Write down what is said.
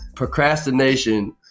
Procrastination